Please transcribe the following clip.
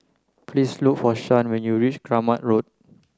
please look for Shan when you reach Kramat Road